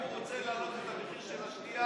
אם הוא רוצה לעלות את המחיר של השתייה,